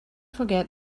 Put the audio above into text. forget